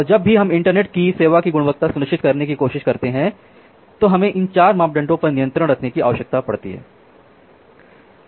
और जब भी हम इंटरनेट की सेवा की गुणवत्ता सुनिश्चित करने की कोशिश करते हैं तो हमें इन 4 मापदंडों पर नियंत्रण रखने की आवश्यकता पड़ती है